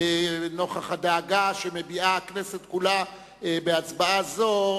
נוכח הדאגה שמביעה הכנסת כולה בהצבעה זו,